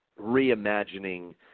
reimagining